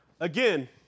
again